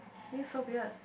this is so weird